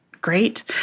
great